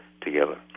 together